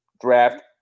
draft